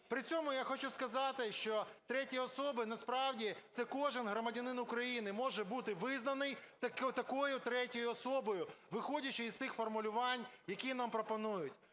При цьому я хочу сказати, що треті особи насправді – це кожен громадянин України може бути визнаний такою третьої особою, виходячи із тих формулювань, які нам пропонують.